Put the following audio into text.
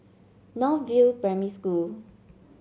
North View Primary School